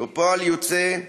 כפועל יוצא,